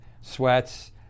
sweats